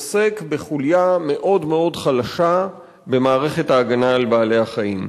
עוסק בחוליה מאוד מאוד חלשה במערכת ההגנה על בעלי-החיים.